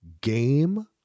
game